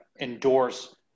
endorse